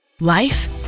Life